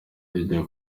ijya